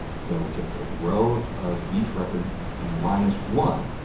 so we take the row of each record minus one,